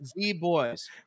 Z-Boys